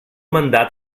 mandat